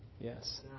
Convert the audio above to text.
Yes